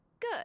Good